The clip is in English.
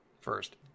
first